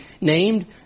named